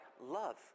love